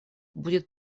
будет